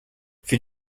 für